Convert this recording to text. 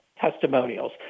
testimonials